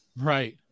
right